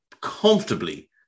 comfortably